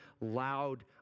loud